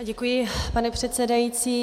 Děkuji, pane předsedající.